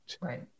Right